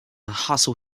hustle